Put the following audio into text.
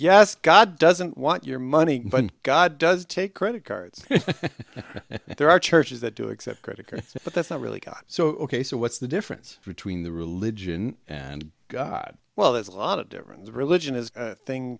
yes god doesn't want your money but god does take credit cards there are churches that do accept credit cards but that's not really got so ok so what's the difference between the religion and god well there's a lot of difference of religion is a thing